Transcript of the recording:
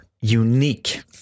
unique